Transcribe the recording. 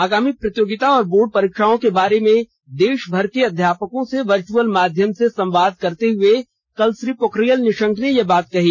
आगामी प्रतियोगिता और बोर्ड परीक्षाओं के बारे में देशभर के अध्यापकों से वर्चुअल माध्यम से संवाद करते हुए कल श्री पोखरियाल ने यह बात कही